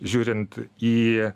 žiūrint į